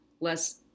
less